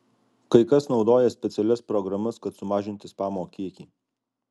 kai kas naudoja specialias programas kad sumažinti spamo kiekį